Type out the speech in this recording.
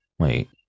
Wait